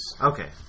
Okay